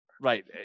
Right